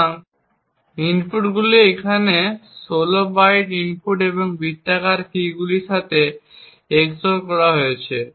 সুতরাং ইনপুটগুলি এখানে 16 বাইট ইনপুট এবং বৃত্তাকার কীগুলি এর সাথে XOR করা হয়েছে